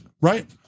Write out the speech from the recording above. right